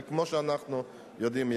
וכמו שאנחנו יודעים,